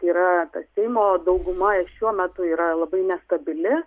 yra seimo dauguma ir šiuo metu yra labai nestabili